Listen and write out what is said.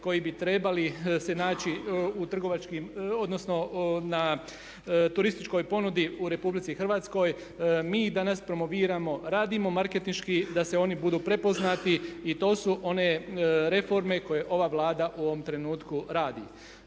koji bi trebali se naći u trgovačkim odnosno na turističkoj ponudi u RH. Mi danas promoviramo, radimo marketinški da se oni budu prepoznati i to su one reforme koje ova Vlada u ovom trenutku radi.